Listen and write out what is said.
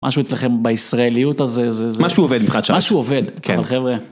משהו אצלכם בישראליות הזה, זה משהו עובד מבחן שם, משהו עובד, חבר'ה.